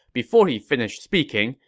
before he finished speaking,